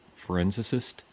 forensicist